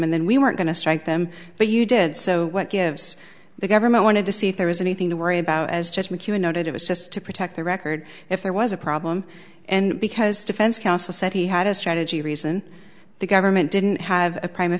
and then we were going to strike them but you did so what gives the government wanted to see if there was anything to worry about as judgments you noted it was just to protect the record if there was a problem and because defense counsel said he had a strategy reason the government didn't have a crim